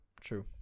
True